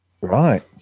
Right